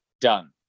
done